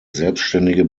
selbständige